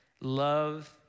love